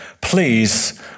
Please